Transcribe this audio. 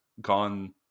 gone